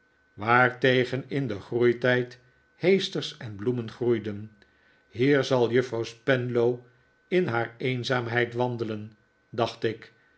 waartegen in den groeitijd heesters en bloemen groeiden hier zal juffrouw spenlow in haar eehzaairiheid wandelen dacht ik